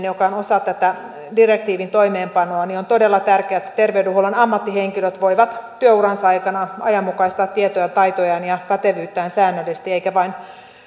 joka on osa tätä direktiivin toimeenpanoa on todella tärkeää että terveydenhuollon ammattihenkilöt voivat työuransa aikana ajanmukaistaa tietojaan taitojaan ja pätevyyttään säännöllisesti eikä tämä tapahdu vain